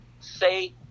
say